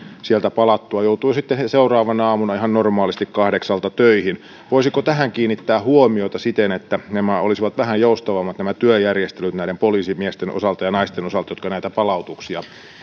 joutuu sitten seuraavana aamuna ihan normaalisti kahdeksalta töihin voisiko tähän kiinnittää huomiota siten että työjärjestelyt olisivat vähän joustavammat näiden poliisimiesten ja naisten osalta jotka palautuksia